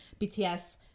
BTS